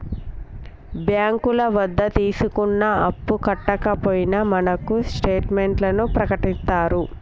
బ్యాంకుల వద్ద తీసుకున్న అప్పు కట్టకపోయినా మనకు స్టేట్ మెంట్లను ప్రకటిత్తారు